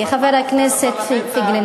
חבר הכנסת פייגלין,